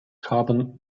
carbon